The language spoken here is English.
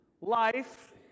life